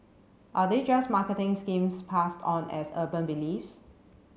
are they just marketing schemes passed on as urban beliefs